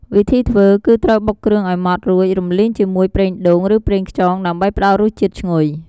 វិធីធ្វើ គឺត្រូវបុកគ្រឿងឱ្យម៉ដ្ឋរួច រំលីងជាមួយប្រេងដូង ឬប្រេងខ្យង ដើម្បីផ្ដល់រសជាតិឈ្ងុយ។